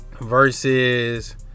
versus